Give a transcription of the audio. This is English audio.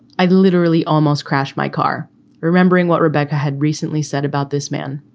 i literally almost crashed my car remembering what rebecca had recently said about this man.